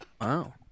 Wow